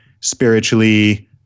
spiritually